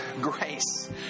grace